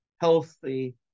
healthy